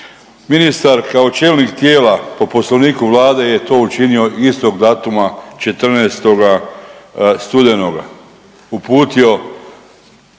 Ministar kao čelnik tijela po poslovniku Vlade je to učinio istog datuma 14. studenoga,